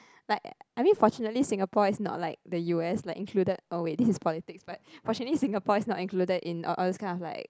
like I mean fortunately Singapore is not like the u_s like included oh wait this is politics but fortunately Singapore is not included in all all those kind of like